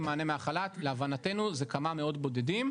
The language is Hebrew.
מענה מהחל"ת להבנתנו זה כמה מאות בודדים.